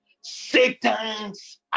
Satan's